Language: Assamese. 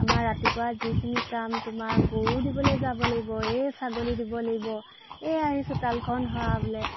আমাৰ ৰাতিপুৱা যিখিনি কাম তোমাৰ গৰু দিবলৈ যাব লাগিব এই ছাগলী দিব লাগিব এ আহিছো তালখন সৰাবলৈ